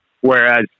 whereas